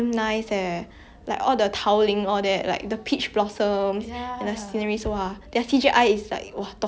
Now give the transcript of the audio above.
!wah! tok kong eh and then like the plot also very interesting it's not like the typical